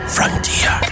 Frontier